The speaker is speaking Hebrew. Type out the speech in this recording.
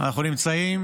אנחנו נמצאים